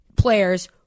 players